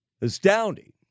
Astounding